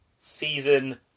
season